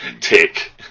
Tick